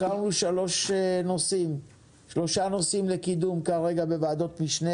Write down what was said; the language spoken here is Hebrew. בחרנו כרגע שלושה נושאים לקידום בוועדות משנה